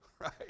right